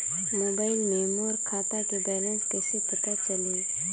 Mobile मे मोर खाता के बैलेंस कइसे पता चलही?